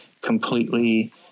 completely